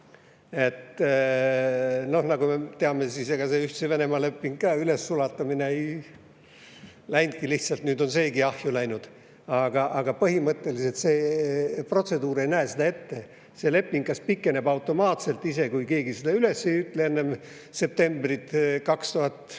kohas. Nagu me teame, siis ega see Ühtse Venemaa lepingu ülessulatamine ei läinud lihtsalt, nüüd on seegi ahju läinud. Aga põhimõtteliselt protseduur ei näe seda ette. See leping kas pikeneb automaatselt ise, kui keegi seda üles ei ütle enne septembrit 2025